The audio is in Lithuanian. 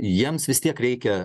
jiems vis tiek reikia